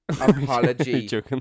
Apology